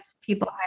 people